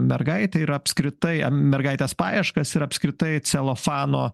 mergaitę ir apskritai ar mergaitės paieškas ir apskritai celofano